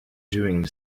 doing